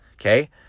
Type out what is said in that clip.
okay